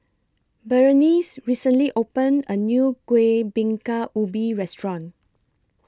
Berenice recently opened A New Kueh Bingka Ubi Restaurant